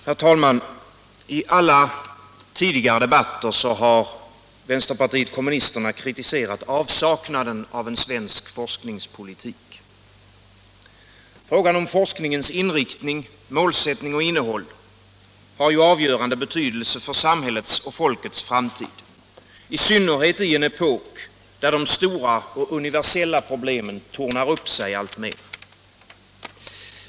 Herr talman! I alla tidigare debatter om högskolan har vpk kritiserat avsaknaden av en svensk forskningspolitik. Frågan om forskningens inriktning, målsättning och innehåll har avgörande betydelse för samhällets och folkets framtid, i synnerhet i en epok när de stora och universella problemen tornar upp sig alltmer.